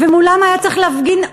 ומולם היה צריך להפגין אומץ.